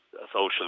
social